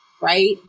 Right